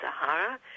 Sahara